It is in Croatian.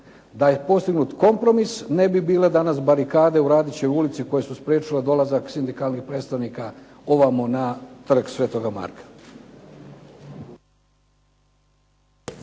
Da je postignut kompromis ne bi bile danas barikade u Radićevoj ulici koje su spriječile dolazak sindikalnih predstavnika ovamo na Trg Sv. Marka.